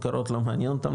מקורות לא מעניין אותם,